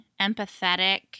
empathetic